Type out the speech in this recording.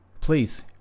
please